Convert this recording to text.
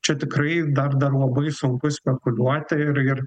čia tikrai dar dar labai sunku spekuliuoti ir ir